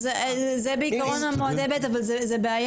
זה בעיקרון מועדי הב', אבל זה בעיה.